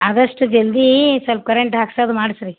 ಆದಷ್ಟು ಜಲ್ದಿ ಸ್ವಲ್ಪ್ ಕರೆಂಟ್ ಹಾಕ್ಸೋದ್ ಮಾಡಿಸ್ರೀ